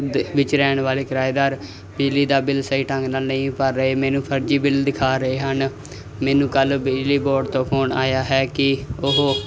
ਦੇ ਵਿੱਚ ਰਹਿਣ ਵਾਲੇ ਕਿਰਾਏਦਾਰ ਬਿਜਲੀ ਦਾ ਬਿੱਲ ਸਹੀ ਢੰਗ ਨਾਲ ਨਹੀਂ ਭਰ ਰਹੇ ਮੈਨੂੰ ਫਰਜ਼ੀ ਬਿੱਲ ਦਿਖਾ ਰਹੇ ਹਨ ਮੈਨੂੰ ਕੱਲ੍ਹ ਬਿਜਲੀ ਬੋਰਡ ਤੋਂ ਫੋਨ ਆਇਆ ਹੈ ਕਿ ਉਹ